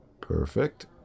Perfect